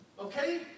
Okay